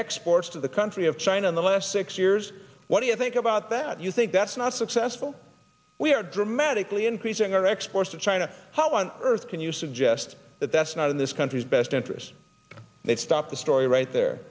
exports to the country of china in the last six years what do you think about that you think that's not successful we are dramatically increasing our exports to china how on earth can you suggest that that's not in this country's best interest they'd stop the story right there